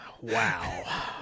Wow